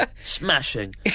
smashing